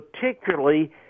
particularly